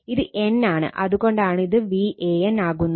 ഇത് N ആണ് അത് കൊണ്ടാണ് ഇത് VAN ആകുന്നത്